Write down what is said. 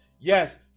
yes